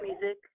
music